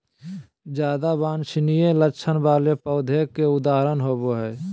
ज्यादा वांछनीय लक्षण वाले पौधों के उदाहरण होबो हइ